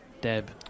Deb